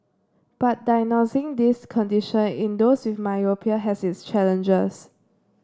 but diagnosing this condition in those with myopia has its challenges